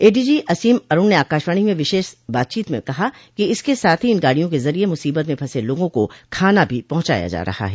ADG Asim Arun ने आकाशवाणी में विशेष बातचीत में कहा कि इसके साथ ही इन गाड़ियों के जरिए मुसीबत में फंसे लोगों को खाना भी पहुंचाया जा रहा है